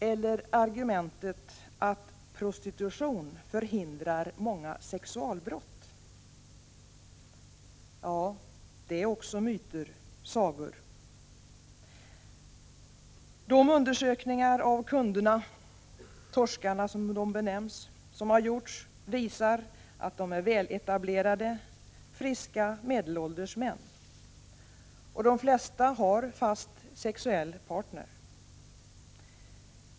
Vi hör också argumentet att prostitution förhindrar många sexualbrott. Det är också myter, sagor. De undersökningar av kunderna — torskarna, som de benämns — som gjorts visar att de är väletablerade, friska, medelålders män. De flesta har fast sexuell partner.